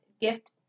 Gift